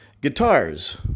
Guitars